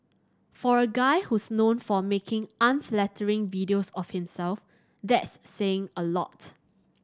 for a guy who's known for making unflattering videos of himself that's saying a lot